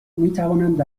میتوانند